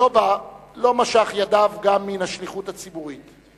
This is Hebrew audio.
לובה לא משך ידיו גם מן השליחות הציבורית.